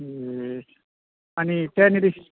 ए अनि त्यहाँनिर